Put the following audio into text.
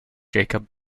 jacob